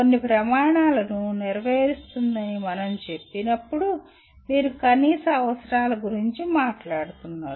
కొన్ని ప్రమాణాలను నెరవేరుస్తుందని మనం చెప్పినప్పుడు మీరు కనీస అవసరాల గురించి మాట్లాడుతున్నారు